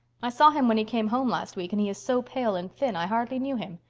i saw him when he came home last week, and he is so pale and thin i hardly knew him.